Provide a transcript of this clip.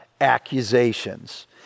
accusations